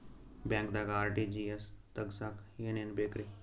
ಬ್ಯಾಂಕ್ದಾಗ ಆರ್.ಟಿ.ಜಿ.ಎಸ್ ತಗ್ಸಾಕ್ ಏನೇನ್ ಬೇಕ್ರಿ?